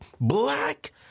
black